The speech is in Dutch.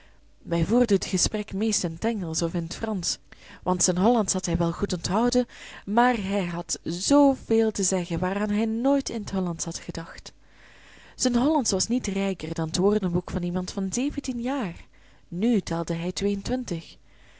wij voerden t gesprek meest in t engelsch of in t fransch want zijn hollandsch had hij wel goed onthouden maar hij had zooveel te zeggen waaraan hij nooit in t hollandsch had gedacht zijn hollandsch was niet rijker dan t woordenboek van iemand van zeventien jaar nu telde hij tweeëntwintig